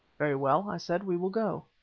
very well, i said, we will go.